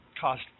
cost